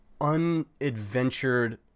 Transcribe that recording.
unadventured